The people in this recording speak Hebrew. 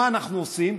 מה אנחנו עושים?